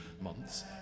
months